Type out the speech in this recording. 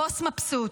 הבוס מבסוט.